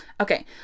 Okay